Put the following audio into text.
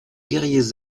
guerriers